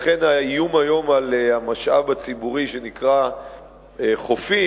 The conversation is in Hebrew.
לכן האיום היום על המשאב הציבורי שנקרא חופים